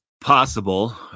possible